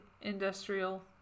industrial